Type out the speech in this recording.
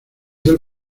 del